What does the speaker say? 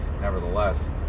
nevertheless